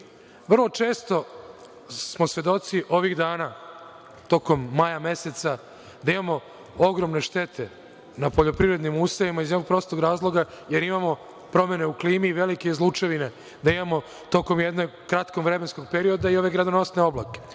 Vrlo često smo svedoci ovih dana tokom maja meseca, da imamo ogromne štete na poljoprivrednim usevima iz jednog prostog razloga, jer imamo promene u klimi i velike izlučevine, da imamo tokom jednog kratkog vremenskog perioda i ove gradonosne oblake. Upravo,